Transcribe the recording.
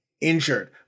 injured